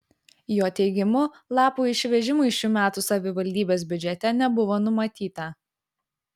jo teigimu lapų išvežimui šių metų savivaldybės biudžete nebuvo numatyta